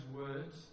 words